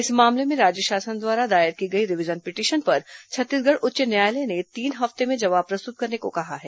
इस मामले में राज्य शासन द्वारा दायर की गई रिवीजन पिटीशन पर छत्तीसगढ़ उच्च न्यायालय ने तीन हफ्ते में जवाब प्रस्तुत करने को कहा है